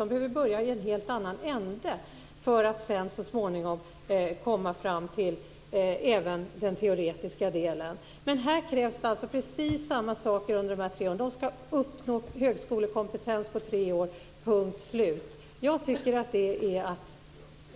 De behöver börja i en helt annan ände för att sedan så småningom komma fram till den teoretiska delen. Men det krävs alltså precis samma saker av dem som av de övriga under dessa tre år. De skall uppnå högskolekompetens på tre år - punkt slut. Jag tycker att det är att